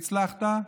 הצלחת.